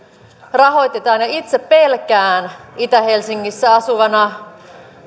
rahoitetaan itse pelkään itä helsingissä asuvana